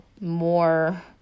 more